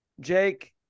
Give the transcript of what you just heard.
Jake